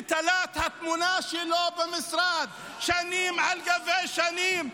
ותלה את התמונה שלו במשרד שנים על גבי שנים,